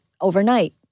overnight